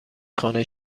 خانه